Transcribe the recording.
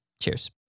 Cheers